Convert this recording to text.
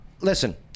listen